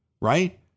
Right